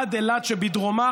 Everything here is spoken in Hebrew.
עד אילת שבדרומה,